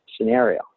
scenario